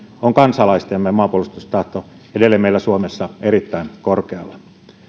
on kansalaistemme maanpuolustustahto edelleen meillä suomessa erittäin korkealla